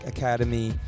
Academy